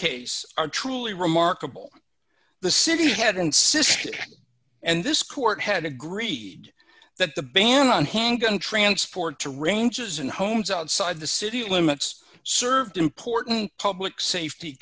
case are truly remarkable the city had insisted and this court had agreed that the ban on handgun transport to ranges in homes outside the city limits served important public safety